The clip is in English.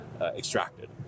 extracted